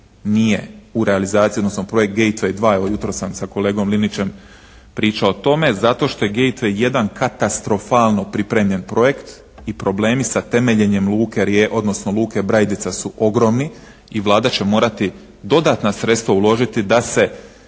u realizaciji odnosno projekt …/Govornik se ne razumije./… evo jutros sam sa kolegom Linićem pričao o tome. Zato što je …/Govornik se ne razumije./… katastrofalno pripremljen projekt i problemi sa temeljenjem luke Brajdica su ogromni i Vlada će morati dodatna sredstva uložiti da se